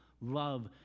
love